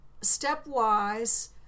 stepwise